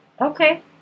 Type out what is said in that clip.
Okay